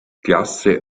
klasse